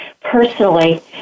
personally